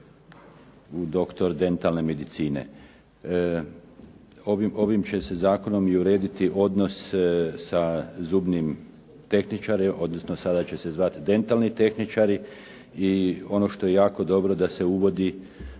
u doktor dentalne medicine. Ovim će se zakonom i urediti odnos sa zubnim tehničarima, odnosno sada će se zvati dentalni tehničari i ono što je jako dobro da se uvodi